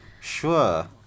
Sure